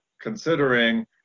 considering